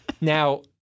Now